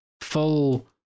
full